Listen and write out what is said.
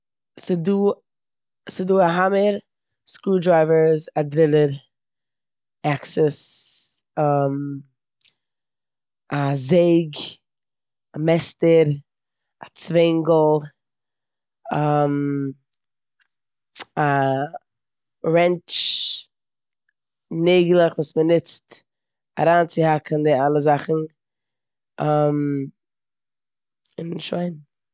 ס'דא- ס'דא א האממער, סקרוי דרייווערס, א דרילער, עקסעס, א זעג, מעסטער, א צווענגל א רענטש, נעגלעך וואס מ'נוצט אריינציהאקן די אלע זאכן און שוין.